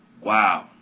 Wow